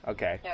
Okay